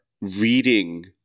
reading